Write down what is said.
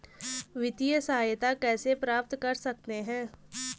वित्तिय सहायता कैसे प्राप्त कर सकते हैं?